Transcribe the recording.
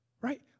Right